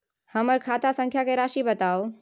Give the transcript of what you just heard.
हमर खाता संख्या के राशि बताउ